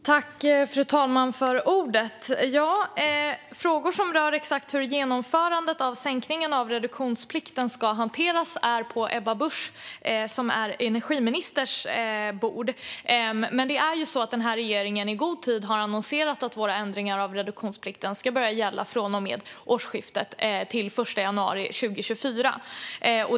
Fru talman! Frågor som rör exakt hur genomförandet av sänkningen av reduktionsplikten ska hanteras ligger på energiminister Ebba Buschs bord. Regeringen har dock i god tid annonserat att våra ändringar av reduktionsplikten ska börja gälla från och med den 1 januari 2024.